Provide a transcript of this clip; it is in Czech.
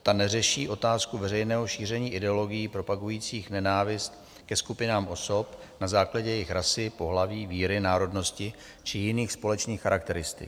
Ta neřeší otázku veřejného šíření ideologií propagujících nenávist ke skupinám osob na základě jejich rasy, pohlaví, víry, národnosti či jiných společných charakteristik.